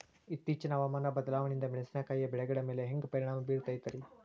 ಇತ್ತೇಚಿನ ಹವಾಮಾನ ಬದಲಾವಣೆಯಿಂದ ಮೆಣಸಿನಕಾಯಿಯ ಬೆಳೆಗಳ ಮ್ಯಾಲೆ ಹ್ಯಾಂಗ ಪರಿಣಾಮ ಬೇರುತ್ತೈತರೇ?